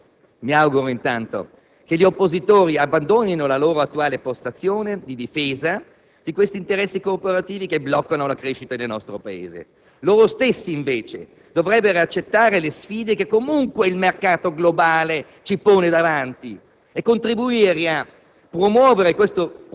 Mi auguro intanto che gli oppositori abbandonino la loro attuale postazione di difesa di questi interessi corporativi che bloccano la crescita del nostro Paese. Loro stessi, invece, dovrebbero accettare le sfide che comunque il mercato globale ci pone davanti e contribuire a